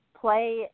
Play